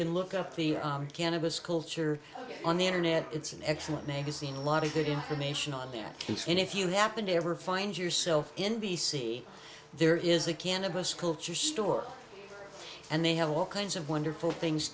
can look up the cannabis culture on the internet it's an excellent magazine a lot of good information on that and if you happen to ever find yourself in b c there is a cannabis culture store and they have all kinds of wonderful things